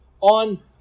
on